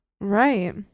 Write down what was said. Right